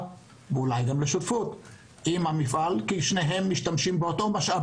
עם המפעל כי שני הצדדים משתתפים באותו משאב